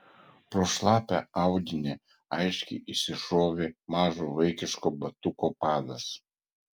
pro šlapią audinį aiškiai išsišovė mažo vaikiško batuko padas